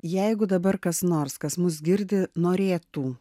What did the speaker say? jeigu dabar kas nors kas mus girdi norėtų